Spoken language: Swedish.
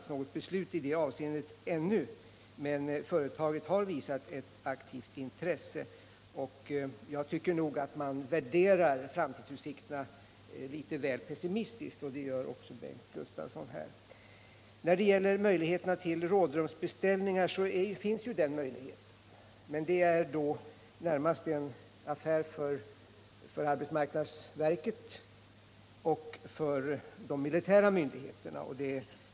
Något beslut i det avseendet har ännu inte träffats, men företaget har visat 95 ett aktivt intresse, och jag tycker att man där värderar framtidsutsikterna litet väl pessimistiskt, liksom också Bengt Gustavsson gör här. När det gäller rådrumsbeställningar finns den möjligheten, men det är då närmast en affär för arbetsmarknadsverket och de militära myndigheterna.